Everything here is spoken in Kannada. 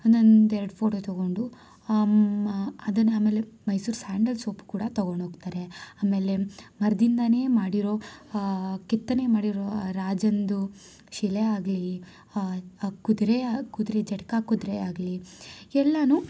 ಒಂದೊಂದು ಎರಡು ಫೋಟೋ ತಗೊಂಡು ಅದನ್ನು ಆಮೇಲೆ ಮೈಸೂರ್ ಸ್ಯಾಂಡಲ್ ಸೋಪ್ ಕೂಡ ತೊಗೊಂಡು ಹೋಗ್ತಾರೆ ಆಮೇಲೆ ಮರದಿಂದಾನೇ ಮಾಡಿರೋ ಕೆತ್ತನೆ ಮಾಡಿರೋ ರಾಜನದು ಶಿಲೆ ಆಗಲಿ ಕುದುರೆಯ ಕುದುರೆ ಜಟಕಾ ಕುದುರೆ ಆಗಲಿ ಎಲ್ಲಾ